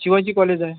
Shivaji college आहे